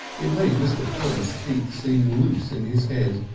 it made mr. polly's teeth seem loose in his head,